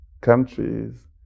countries